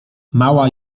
mała